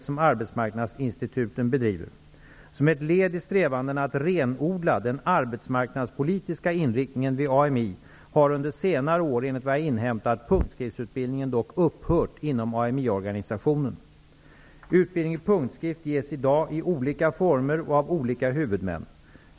Som ett led i strävandena att renodla den arbetsmarknadspolitiska inriktningen vid AMI har under senare år, enligt vad jag har inhämtat, punktskriftsutbildningen upphört inom AMI Utbildning i punktskrift ges i dag i olika former och av olika huvudmän.